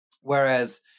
Whereas